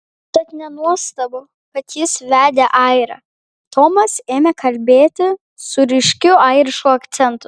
tad nenuostabu kad jis vedė airę tomas ėmė kalbėti su ryškiu airišku akcentu